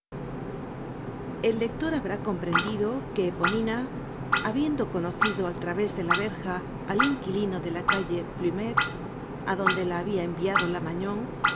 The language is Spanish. el lector habrá comprendido que epouina habiendo conocido al través de la verja al inquilino de la calle plumet adonde la habia enviado la magnon